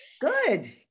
Good